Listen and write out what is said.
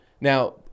now